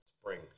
spring